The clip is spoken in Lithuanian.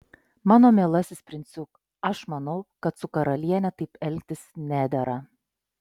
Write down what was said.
mano mielasis princiuk aš manau kad su karaliene taip elgtis nedera